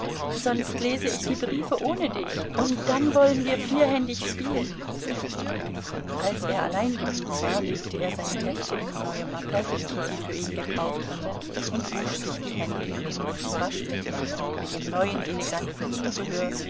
sonst lese ich die briefe ohne dich und dann wollen wir vierhändig spielen als er allein geblieben war legte er seine hefte in die neue mappe die kitty für ihn gekauft hatte und wusch sich die hände in dem neuen waschbecken mit dem neuen eleganten zubehör